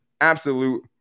absolute